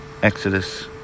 Exodus